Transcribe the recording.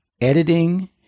editing